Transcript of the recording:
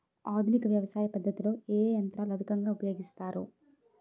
ఆధునిక వ్యవసయ పద్ధతిలో ఏ ఏ యంత్రాలు అధికంగా ఉపయోగిస్తారు?